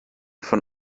von